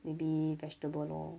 maybe vegetable lor